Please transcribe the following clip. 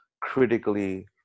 critically